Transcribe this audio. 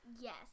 Yes